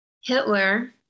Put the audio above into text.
Hitler